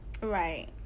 Right